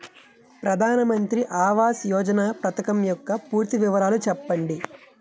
ప్రధాన మంత్రి ఆవాస్ యోజన పథకం యెక్క పూర్తి వివరాలు చెప్పండి?